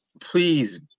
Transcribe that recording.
Please